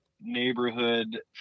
neighborhood